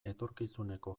etorkizuneko